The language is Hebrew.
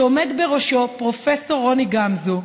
שעומד בראשו פרופ' רוני גמזו,